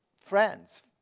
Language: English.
friends